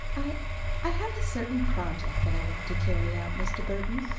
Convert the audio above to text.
i i have a certain project that i want to carry out, mr. burton,